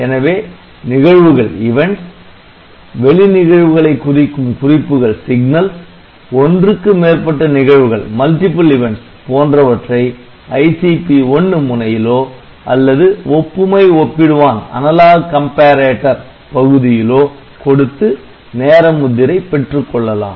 எனவே நிகழ்வுகள் வெளி நிகழ்வுகளை குறிக்கும் குறிப்புகள் ஒன்றுக்கு மேற்பட்ட நிகழ்வுகள் போன்றவற்றை ICP 1 முனையிலோ அல்லது ஒப்புமை ஒப்பிடுவான் பகுதியிலோ கொடுத்து நேர முத்திரை பெற்றுக்கொள்ளலாம்